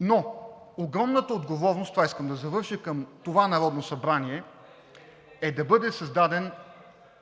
Но огромната отговорност, с това искам да завърша, към това Народно събрание е да бъде създаден